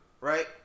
right